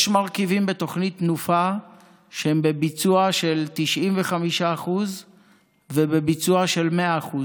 יש מרכיבים בתוכנית תנופה שהם בביצוע של 95% ובביצוע של 100%,